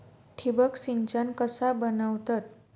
ठिबक सिंचन कसा बनवतत?